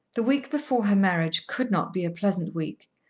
the week before her marriage could not be a pleasant week,